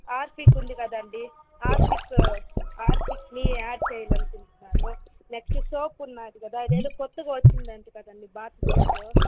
Harpic ఉంది కదండీ Harpic హార్పిక్ని యాడ్ చేయాలనుకుంటున్నాను నెక్స్ట్ సోప్ ఉన్నది కదా అది ఎదో కొత్తగా వచ్చిందంట కదండీ బాత్ సోపు